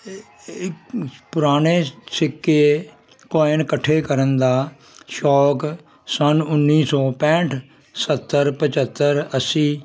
ਇਹ ਇਹ ਪੁਰਾਣੇ ਸਿੱਕੇ ਕੋਇਨ ਇਕੱਠੇ ਕਰਨ ਦਾ ਸ਼ੌਕ ਸੰਨ ਉੱਨੀ ਸੌ ਪੈਂਹਠ ਸੱਤਰ ਪੰਝੱਤਰ ਅੱਸੀ